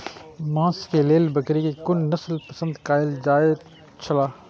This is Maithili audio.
मांस के लेल बकरी के कुन नस्ल पसंद कायल जायत छला?